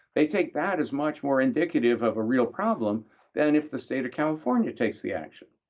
they take that as much more indicative of a real problem than if the state of california takes the action.